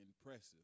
impressive